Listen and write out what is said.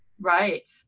right